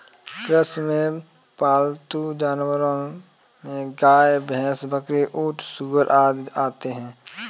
कृषि में पालतू जानवरो में गाय, भैंस, बकरी, ऊँट, सूअर आदि आते है